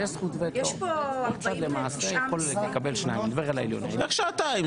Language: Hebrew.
יש פה 49.... איך שעתיים?